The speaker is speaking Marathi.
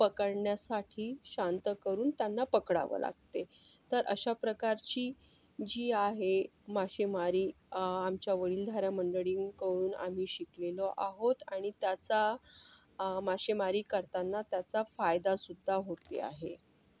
पकडण्यासाठी शांत करून त्यांना पकडावं लागते तर अशा प्रकारची जी आहे मासेमारी आमच्या वडीलधाऱ्या मंडळींकडून आम्ही शिकलेलो आहोत आणि त्याचा मासेमारी करताना त्याचा फायदासुद्धा होते आहे